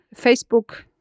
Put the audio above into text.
Facebook